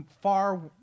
far